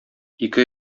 ике